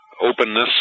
openness